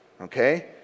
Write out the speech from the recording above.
okay